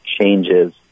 changes